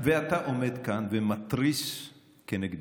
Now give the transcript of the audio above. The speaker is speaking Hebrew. ואתה עומד כאן ומתריס כנגדנו,